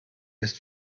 ist